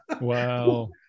wow